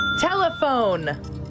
Telephone